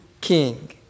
king